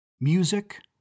Music